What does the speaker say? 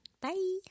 Bye